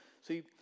see